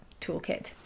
toolkit